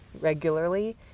regularly